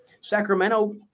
Sacramento